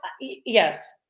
Yes